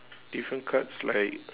different cards like